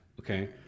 Okay